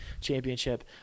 Championship